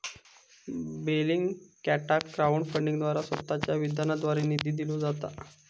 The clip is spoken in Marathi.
बेलिंगकॅटाक क्राउड फंडिंगद्वारा स्वतःच्या विधानाद्वारे निधी दिलो जाता